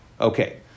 Okay